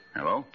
Hello